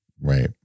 Right